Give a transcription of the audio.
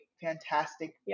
fantastic